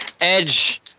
edge